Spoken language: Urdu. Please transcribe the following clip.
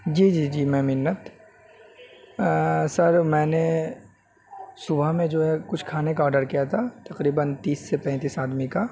جی جی جی میں منت سر میں نے صبح میں جو ہے کچھ کھانے کا آڈر کیا تھا تقریباً تیس سے پینتیس آدمی کا